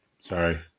Sorry